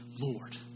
Lord